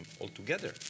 altogether